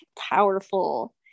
powerful